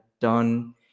done